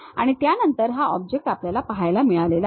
आणि त्यानंतर हा ऑब्जेक्ट आपल्याला मिळालेला आहे